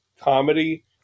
comedy